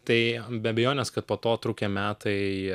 tai be abejonės kad po to trukę metai